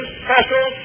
special